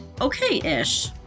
okay-ish